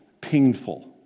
painful